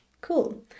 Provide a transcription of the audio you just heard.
cool